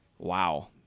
Wow